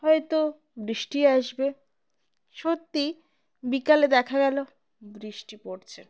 হয়তো বৃষ্টি আসবে সত্যিই বিকালে দেখা গেল বৃষ্টি পড়ছে